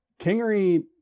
Kingery